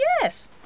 Yes